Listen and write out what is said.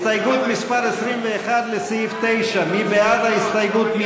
הסתייגות מס' 21 לסעיף 9, מי בעד ההסתייגות?